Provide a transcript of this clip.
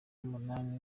umunani